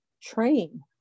train